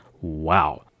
Wow